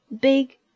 big